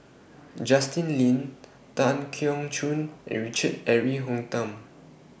Justin Lean Tan Keong Choon and Richard Eric Holttum